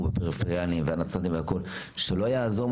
בפריפריאליים והנצרתים והכול שלא יעזור,